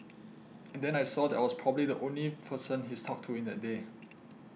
and then I saw that I was probably the only person he's talked to in that day